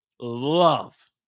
love